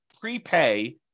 prepay